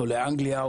לאנגליה,